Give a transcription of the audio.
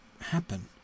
happen